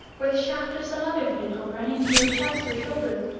or the shaft of some other vehicle run into your chest or shoulder.